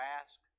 ask